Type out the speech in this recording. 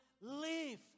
live